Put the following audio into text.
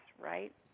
right